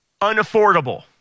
unaffordable